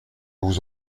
vous